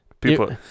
people